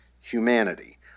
humanity